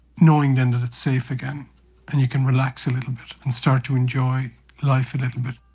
knowing then that it's safe again and you can relax a little bit and start to enjoy life a little bit.